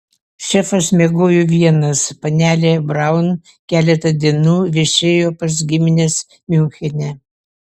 šefas miegojo vienas panelė braun keletą dienų viešėjo pas gimines miunchene